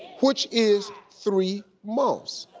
which is three months.